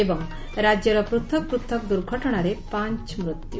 ଏବଂ ରାଜ୍ୟର ପ୍ଟଥକ୍ ପୃଥକ୍ ଦୁର୍ଘଟଣାରେ ପାଞ ମୃତ୍ୟୁ